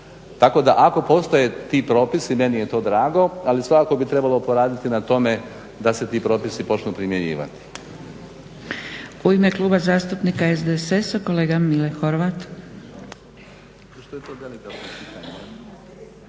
Tako da ako postoje ti propisi meni je to drago, ali svakako bi trebalo poraditi na tome da se ti propisi počnu primjenjivati.